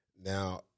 Now